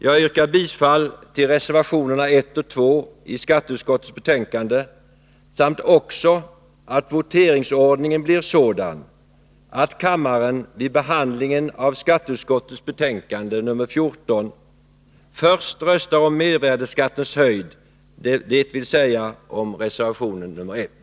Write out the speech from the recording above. Jag yrkar bifall till reservationerna 1 och 2 vid skatteutskottets betänkande nr 14 samt också att voteringsordningen blir sådan att kammaren vid behandlingen av detta betänkande först röstar om mervärdeskattens höjd, dvs. om reservation nr 1.